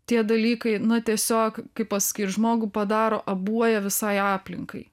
tie dalykai na tiesiog kaip pasakyt žmogų padaro abuoją visai aplinkai